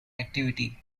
activity